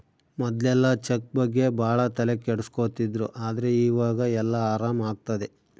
ಮೊದ್ಲೆಲ್ಲ ಚೆಕ್ ಬಗ್ಗೆ ಭಾಳ ತಲೆ ಕೆಡ್ಸ್ಕೊತಿದ್ರು ಆದ್ರೆ ಈವಾಗ ಎಲ್ಲ ಆರಾಮ್ ಆಗ್ತದೆ